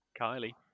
Kylie